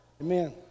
Amen